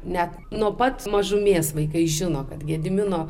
net nuo pat mažumės vaikai žino kad gedimino